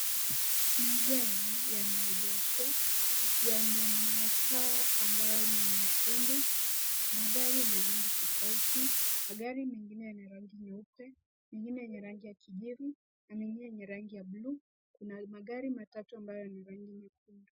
Magari yameegeshwa, yana mataa ambayo ni nyekundu. Magari ni ya rangi tofauti, magari mengine ni ya rangi nyeupe ,mengine yenye rangi ya kijivu na mengine yenye rangi ya bluu. Kuna magari matatu ambayo ni rangi nyekundu.